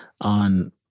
on